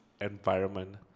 environment